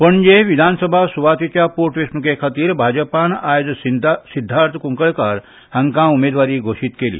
पणजी विधानसभा सुवातेच्या पोटवेंचणुके खातीर भाजपान आज सिद्धार्थ कुंकळयेंकार हांकां उमेदवारी घोशीत केली